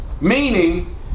Meaning